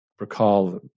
recall